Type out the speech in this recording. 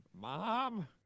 mom